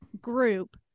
group